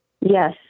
Yes